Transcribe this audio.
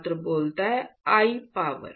छात्र I power